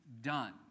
done